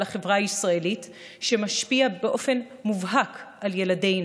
החברה הישראלית ומשפיע באופן מובהק על ילדינו,